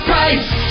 Price